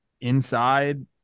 inside –